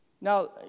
Now